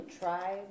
try